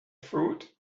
fruit